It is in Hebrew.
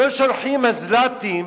לא שולחים מזל"טים